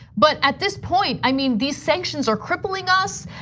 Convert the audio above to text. but at this point, i mean, these sanctions are crippling us.